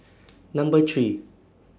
Number three